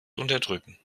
unterdrücken